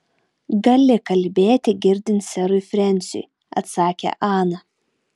gali kalbėti girdint serui frensiui atsakė ana